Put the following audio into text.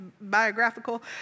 biographical